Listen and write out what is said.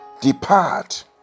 depart